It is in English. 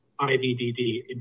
IVDD